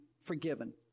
forgiven